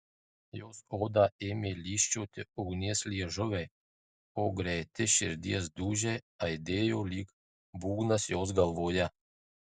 jos odą ėmė lyžčioti ugnies liežuviai o greiti širdies dūžiai aidėjo lyg būgnas jos galvoje